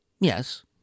Yes